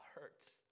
hurts